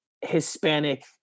Hispanic